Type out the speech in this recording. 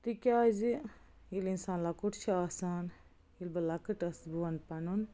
تِکیٛازِ ییٚلہِ اِنسان لۄکُٹ چھِ آسان ییٚلہِ بہٕ لۄکٕٹ ٲسٕس بہٕ وَن پَنُن